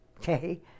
okay